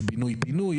יש בינוי פינוי.